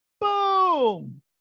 boom